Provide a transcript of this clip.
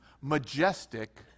majestic